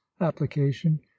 application